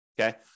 okay